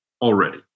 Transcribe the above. already